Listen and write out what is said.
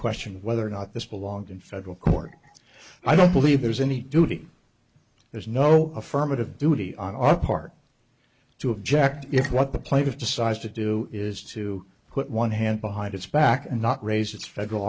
question of whether or not this belongs in federal court i don't believe there's any duty there's no affirmative duty on our part to object if what the plaintiff decides to do is to put one hand behind its back and not raise its federal